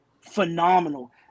phenomenal